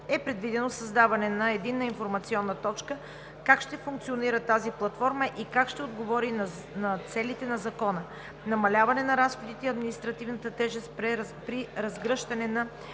е предвидено създаване на Единна информационна точка, как ще функционира тази платформа и как ще отговори на целите на Закона – намаляване на разходите и административната тежест при разгръщане на